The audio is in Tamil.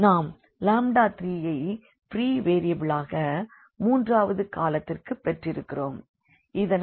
நாம் 3ஐ ஃப்ரீ வெறியபிளாக மூன்றாவது காலத்திற்கு பெற்றிருக்கிறோம்